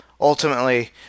Ultimately